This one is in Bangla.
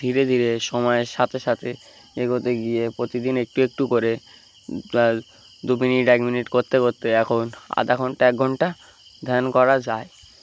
ধীরে ধীরে সময়ের সাথে সাথে এগোতে গিয়ে প্রতিদিন একটু একটু করে দু মিনিট এক মিনিট করতে করতে এখন আধা ঘন্টা এক ঘণ্টা ধ্যান করা যায়